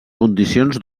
condicions